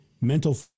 mental